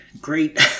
great